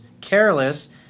careless